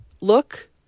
look